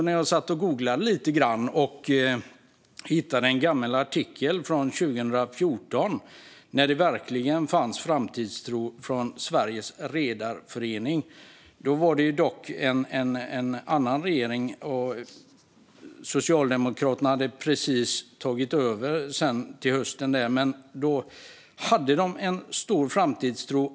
När jag satt och googlade lite grann hittade jag en gammal artikel från 2014, när det verkligen fanns framtidstro från Sveriges Redareförening. Då var det dock en annan regering, och Socialdemokraterna tog precis över till hösten. Då hade de en stor framtidstro.